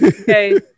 Okay